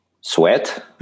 Sweat